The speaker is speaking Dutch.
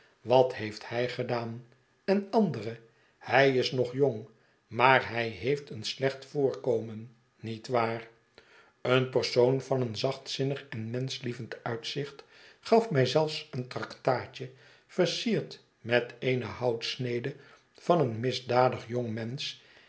wat heeft hij gedaan en andere hij is nog jong maar hij heeft een siecht voorkomen niet waar een persoon van een zachtzinnig en menschlievend uitzicht gal mij zelfs een traktaatje versierd met eene houtsnede van een misdadig jongmensch